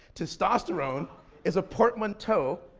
testosterone is a portmanteau,